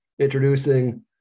introducing